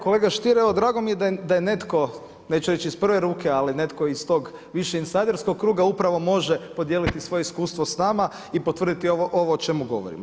Kolega Stier, drago mi je da je netko, neću reći iz prve ruke, ali netko iz tog više insiderskog kruga upravo može podijeliti svoje iskustvo s nama i potvrditi ovo o čemu govorimo.